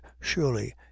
surely